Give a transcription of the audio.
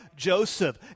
Joseph